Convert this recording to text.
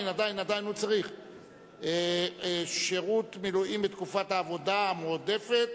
(תיקון, שירות מילואים בתקופת העבודה המועדפת),